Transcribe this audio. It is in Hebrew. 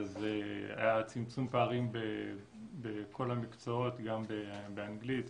היה צמצום פערים בכל המקצועות: גם באנגלית,